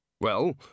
Well